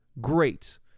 great